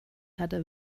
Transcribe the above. hatte